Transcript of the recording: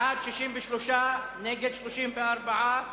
בעד, 62, נגד, 39,